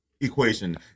equation